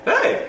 Hey